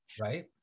right